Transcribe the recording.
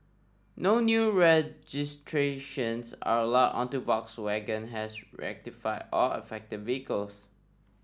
no new registrations are allowed until Volkswagen has rectified all affected vehicles